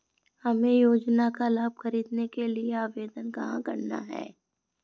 हमें योजना का लाभ ख़रीदने के लिए आवेदन कहाँ करना है?